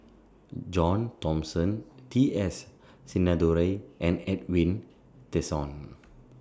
John Thomson T S Sinnathuray and Edwin Tessensohn